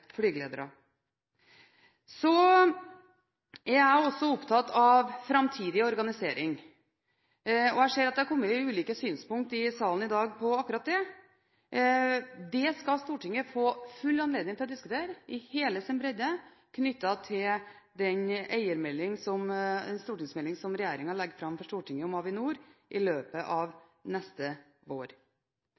er jeg også opptatt av framtidig organisering, og jeg ser at det har kommet ulike synspunkt i salen i dag på akkurat det. Det skal Stortinget få full anledning til å diskutere i hele sin bredde knyttet til den stortingsmelding som regjeringen legger fram for Stortinget om Avinor i løpet av neste vår.